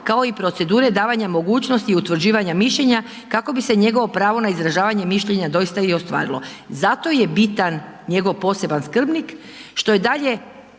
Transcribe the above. kao i procedure davanja mogućnosti i utvrđivanja mišljenja kako bi se njegovo pravo na izražavanje mišljenja doista i ostvarilo. Zato je bitan njegov poseban skrbnik što je dalje